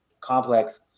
complex